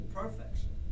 perfection